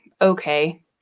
okay